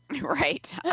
right